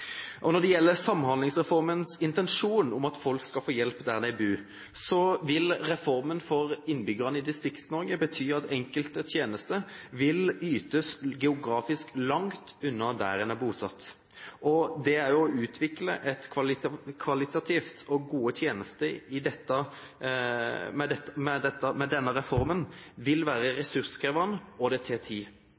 oppgavene. Når det gjelder Samhandlingsreformens intensjon om at folk skal få hjelp der de bor, vil reformen for innbyggerne i Distrikts-Norge bety at enkelte tjenester vil ytes geografisk langt unna der de er bosatt. Det å utvikle kvalitativt gode tjenester med denne reformen vil være ressurskrevende og ta tid. Det